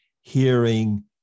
hearing